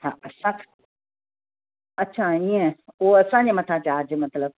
हा अच्छा अच्छा ईअं उहो असांजे मथां चार्ज मतिलबु